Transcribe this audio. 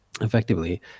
effectively